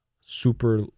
super